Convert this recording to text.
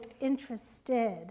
interested